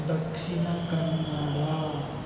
Dakshina Kannada